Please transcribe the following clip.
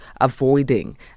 avoiding